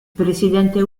presidente